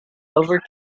over